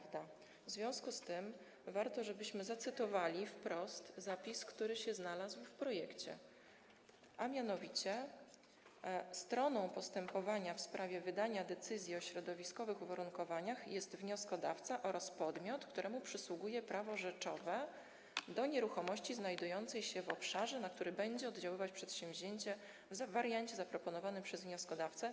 W związku z tym warto, żebyśmy zacytowali wprost zapis, który się znalazł w projekcie: Stroną postępowania w sprawie wydania decyzji o środowiskowych uwarunkowaniach jest wnioskodawca oraz podmiot, któremu przysługuje prawo rzeczowe do nieruchomości znajdującej się w obszarze, na który będzie oddziaływać przedsięwzięcie w wariancie zaproponowanym przez wnioskodawcę.